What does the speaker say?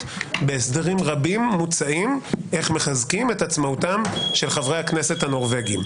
בהסדרים רבים המוצעים איך מחזקים את עצמאותם של חברי הכנסת הנורבגים.